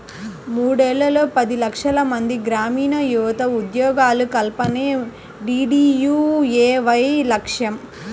మూడేళ్లలో పది లక్షలమంది గ్రామీణయువతకు ఉద్యోగాల కల్పనే డీడీయూఏవై లక్ష్యం